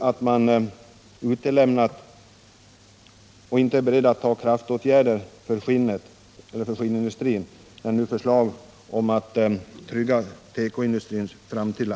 om man inte heller där är beredd att vidta kraftåtgärder för skinnindustrin när nu förslag läggs fram om att trygga tekoindustrins framtid.